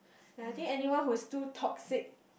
ya I think anyone who is too toxic